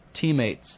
teammates